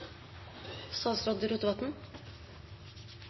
statsråd